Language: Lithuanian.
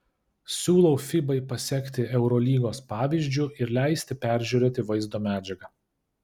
siūlau fibai pasekti eurolygos pavyzdžiu ir leisti peržiūrėti vaizdo medžiagą